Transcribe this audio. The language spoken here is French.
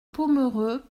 pomereux